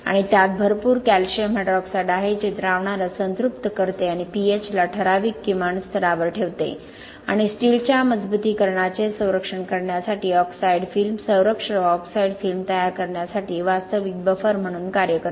आणि त्यात भरपूर कॅल्शियम हायड्रॉक्साईड आहे जे द्रावणाला संतृप्त करते आणि p H ला ठराविक किमान स्तरावर ठेवते आणि स्टीलच्या मजबुतीकरणाचे संरक्षण करण्यासाठी ऑक्साइड फिल्म संरक्षक ऑक्साईड फिल्म तयार करण्यासाठी वास्तविक बफर म्हणून कार्य करते